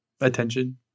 attention